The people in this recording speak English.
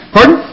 Pardon